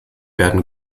werden